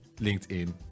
linkedin